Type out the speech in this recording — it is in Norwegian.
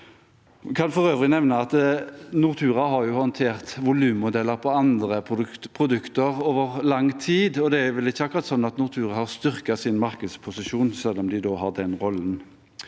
Nortura jo har håndtert volummodeller på andre produkter over lang tid, og det er vel ikke akkurat sånn at Nortura har styrket sin markedsposisjon, selv om de da har den rollen.